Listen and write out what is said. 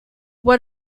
what